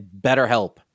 BetterHelp